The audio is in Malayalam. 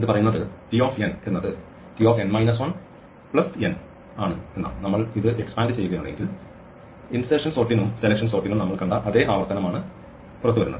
ഇത് പറയുന്നത് T എന്നത് T n ആണ് നമ്മൾ ഇത് എക്സ്പാൻഡ് ചെയ്യുകയാണ് എങ്കിൽ ഇൻസെർഷൻ സോർട്ടിനും സെലക്ഷൻ സോർട്ടിനും നമ്മൾ കണ്ട അതേ ആവർത്തനമാണ് ഇത് പുറത്തുവരുന്നത്